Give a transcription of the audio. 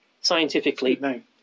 scientifically